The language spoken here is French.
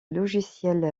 logiciels